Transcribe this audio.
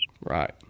Right